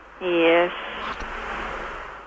Yes